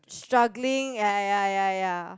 struggling ya ya ya ya